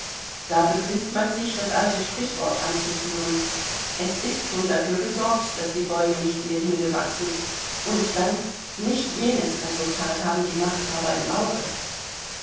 da begnügt man sich das alte sprichwort anzuführen es ist schon dafür gesorgt daß die bäume nicht in den himmel wachsen und dann nicht jenes resultat haben die machthaber im auge